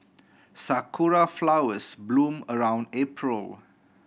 Sakura flowers bloom around April